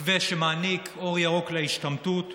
מתווה שמעניק אור ירוק להשתמטות ויביא,